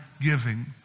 giving